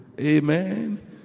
Amen